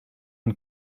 and